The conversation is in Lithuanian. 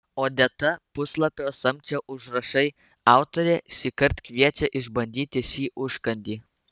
odeta puslapio samčio užrašai autorė šįkart kviečia išbandyti šį užkandį